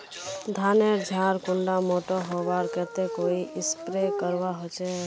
धानेर झार कुंडा मोटा होबार केते कोई स्प्रे करवा होचए?